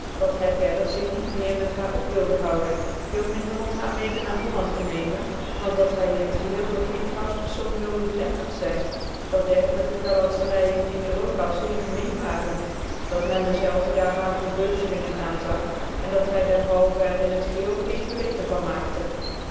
dat by verders zich niet meer met haar op wilde houden veel minder om haar mede na holland tc neemen want dat hij in het geheel door geen vrouwspcrfoo wilde belemmert zyn dat diergelijke galantcrcicn in europa zeer gemeen waren dat men dezelve daar maar voor bcuzclingcn aanzag en dat hy dcrhalvcn er in t geheel geen geweten van maakte